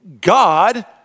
God